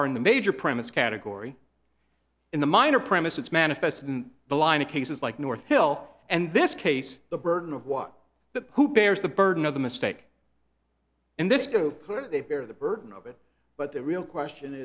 are in the major premise category in the minor premises manifested in the line of cases like north hill and this case the burden of what the who bears the burden of the mistake in this go to court they bear the burden of it but the real question